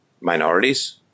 minorities